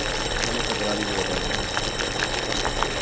ते स्हानू खतरा बी बहुत ऐ इ'दे कन्नै